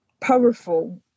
Powerful